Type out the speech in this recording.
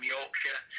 Yorkshire